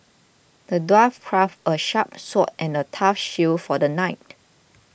the dwarf crafted a sharp sword and a tough shield for the knight